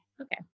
Okay